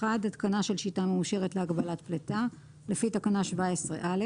התקנה של שיטה מאושרת להגבלת פליטה לפי תקנה 17(א),